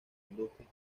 industria